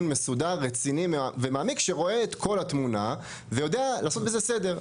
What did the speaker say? מסודר רציני ומעמיק שרואה את כל התמונה ויודע לעשות בזה סדר.